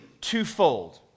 twofold